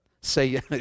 Say